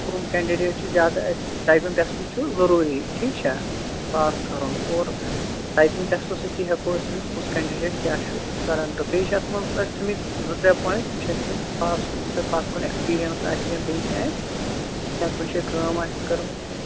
کُم کینڈِڈیٹ چھِ زیادٕ اَسہِ ٹایپِنٛگ ٹیسٹ چھُ ضروٗری ٹھیٖک چھا پاس کَرُن اور ٹایپِنٛگ ٹٮ۪سٹ سۭتی ہٮ۪کو أسۍ وٕنِتھ کُس کینڈِڈیٹ کیٛاہ چھُ کران تہٕ بیٚیہِ چھِ اَتھ منٛز اَسہِ تھٔمٕتۍ زٕ ترٛےٚ پویِنٛٹ تِم چھِ اَسہِ تھٔمٕتۍ پاس یِم تۄہہِ پَتھ کُن ایکٕسپیٖریَنٕس آسہِ یا بیٚیہِ کیٚنٛہہ آسہِ یَتھ پٲٹھۍ چھِ کٲم آسہِ کٔرمٕژ کینٛہہ